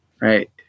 right